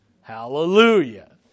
Hallelujah